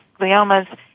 gliomas